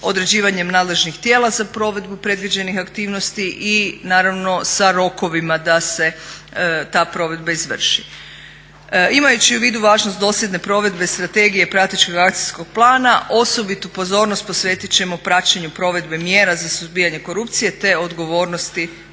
odrađivanjem nadležnih tijela za provedbu predviđenih aktivnosti i naravno sa rokovima da se ta provedba izvrši. Imajući u vidu važnost dosljedne provedbe strategije i pratećeg akcijskog plana osobitu pozornost posvetit ćemo praćenju provedbe mjera za suzbijanje korupcije te odgovornosti